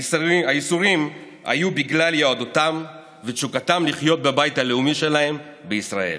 הייסורים היו בגלל יהדותם ותשוקתם לחיות בבית הלאומי שלהם בישראל.